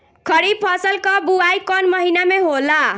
खरीफ फसल क बुवाई कौन महीना में होला?